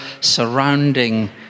surrounding